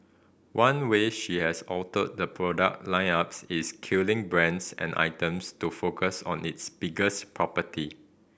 one way she has altered the product line ups is killing brands and items to focus on its biggest property